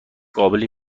قابلی